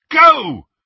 Go